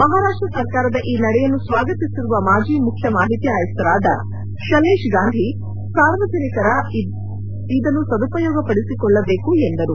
ಮಹಾರಾಷ್ಷ ಸರಕಾರದ ಈ ನಡೆಯನ್ನು ಸ್ನಾಗತಿಸಿರುವ ಮಾಜಿ ಮುಖ್ಯ ಮಾಹಿತಿ ಆಯುಕ್ತರಾದ ಶಲ್ಲೇತ್ ಗಾಂಧಿ ಸಾರ್ವಜನಿಕರ ಇದನ್ನು ಸದುಪಯೋಗಪಡಿಸಿಕೊಳ್ಳಬೇಕು ಎಂದರು